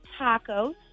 tacos